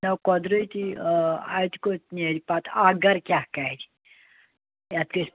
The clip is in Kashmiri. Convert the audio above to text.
نَہ قدرتی ٲں اَتہِ کوٚت نیرِ پَتہٕ اَکھ گھرٕ کیٛاہ کَرٕ یتھ گَژھہِ